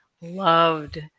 loved